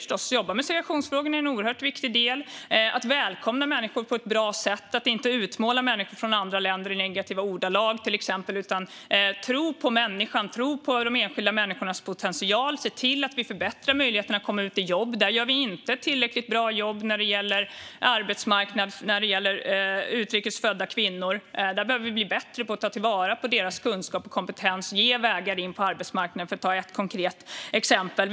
Att jobba med segregationsfrågorna är en oerhört viktig del. Det handlar om att välkomna människor på ett bra sätt och att inte tala om människor från andra länder i negativa ordalag, till exempel. Det handlar om att tro på människan, att tro på de enskilda människornas potential och att se till att förbättra möjligheterna för dem att komma ut i jobb. Vi gör inte ett tillräckligt bra jobb när det gäller utrikes födda kvinnor. Vi behöver bli bättre på att ta tillvara deras kunskap och kompetens och på att ge dem vägar in på arbetsmarknaden - det är ett konkret exempel.